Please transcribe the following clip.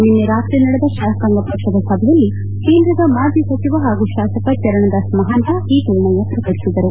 ನಿನ್ನೆ ರಾತ್ರಿ ನಡೆದ ಶಾಸಕಾಂಗ ಪಕ್ಷದ ಸಭೆಯಲ್ಲಿ ಕೇಂದ್ರದ ಮಾಜಿ ಸಚಿವ ಹಾಗೂ ಶಾಸಕ ಚರಣದಾಸ್ ಮಹಾಂತ್ ಈ ನಿರ್ಣಯ ಪ್ರಕಟಿಸಿದರು